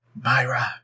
Myra